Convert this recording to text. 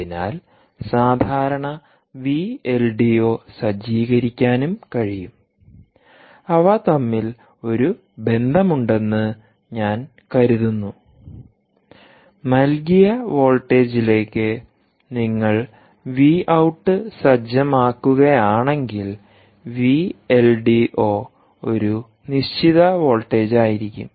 അതിനാൽ സാധാരണ V L D O സജ്ജീകരിക്കാനും കഴിയും അവ തമ്മിൽ ഒരു ബന്ധമുണ്ടെന്ന് ഞാൻ കരുതുന്നു നൽകിയ വോൾട്ടേജിലേക്ക് നിങ്ങൾ വിഔട്ട് സജ്ജമാക്കുകയാണെങ്കിൽവി എൽ ഡി ഒ ഒരു നിശ്ചിത വോൾട്ടേജായിരിക്കും